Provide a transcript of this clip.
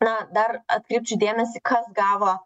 na dar atkreipčiau dėmesį kas gavo